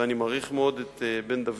ואני מעריך את בן-דוד,